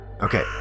Okay